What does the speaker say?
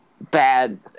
bad